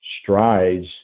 strides